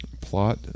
Plot